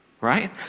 right